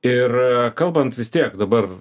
ir kalbant vis tiek dabar